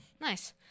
Nice